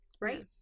right